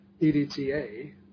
EDTA